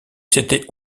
c’était